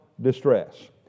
distress